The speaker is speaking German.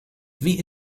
wie